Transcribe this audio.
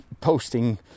posting